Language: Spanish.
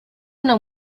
una